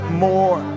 more